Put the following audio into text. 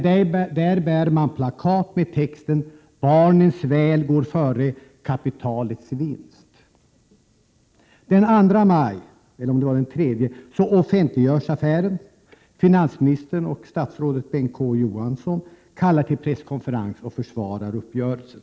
Nej, där bär man plakat med texten ”Barnens väl går före kapitalets vinst”. Den 2 maj - eller kanske den 3 maj — offentliggörs affären. Finansministern och statsrådet Bengt K Å Johansson kallar till presskonferens och försvarar uppgörelsen.